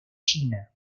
china